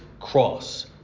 cross